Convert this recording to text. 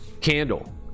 candle